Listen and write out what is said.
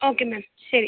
okay ma'am ശരി